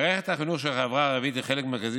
מערכת החינוך של החברה הערבית היא חלק מרכזי